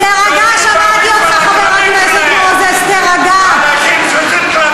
האנשים האלה שעושים בר-מצווה, שעושים בר-מצווה